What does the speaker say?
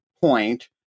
point